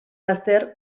laster